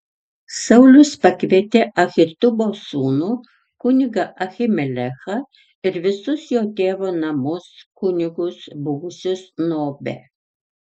saulius pakvietė ahitubo sūnų kunigą ahimelechą ir visus jo tėvo namus kunigus buvusius nobe